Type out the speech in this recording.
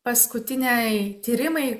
paskutiniai tyrimai